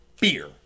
beer